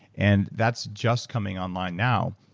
and that's just coming online now.